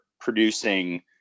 producing